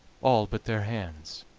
all but their hands.